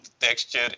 texture